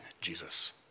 Jesus